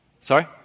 Sorry